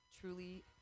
truly